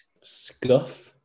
scuff